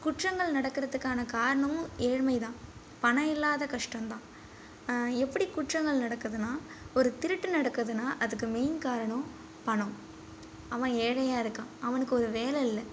குற்றங்கள் நடக்கிறதுக்கான காரணமும் ஏழ்மைதான் பணம் இல்லாத கஷ்டந்தான் எப்படி குற்றங்கள் நடக்குதுன்னால் ஒரு திருட்டு நடக்குதுன்னால் அதுக்கு மெயின் காரணம் பணம் அவன் ஏழையாக இருக்கான் அவனுக்கு ஒரு வேலை இல்லை